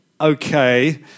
Okay